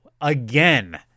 again